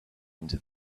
into